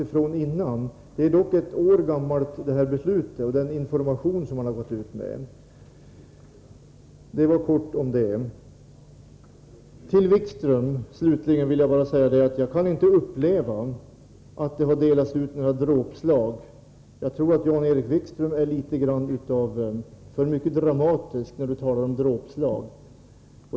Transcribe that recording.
Det här beslutet är dock ett år gammalt, liksom den information man har gått ut med. Till Jan-Erik Wikström vill jag slutligen bara säga att jag inte kan uppleva att det har delats ut några dråpslag. Jag tror att Jan-Erik Wikström är litet för dramatisk när han talar om dråpslag.